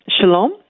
Shalom